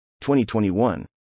2021